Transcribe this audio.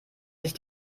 sich